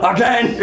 Again